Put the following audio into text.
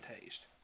taste